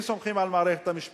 אם סומכים על מערכת המשפט,